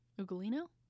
Ugolino